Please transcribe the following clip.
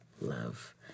love